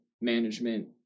management